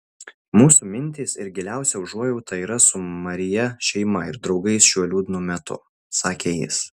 mūsų mintys ir giliausia užuojauta yra su maryje šeima ir draugais šiuo liūdnu metu sakė jis